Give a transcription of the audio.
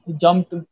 jumped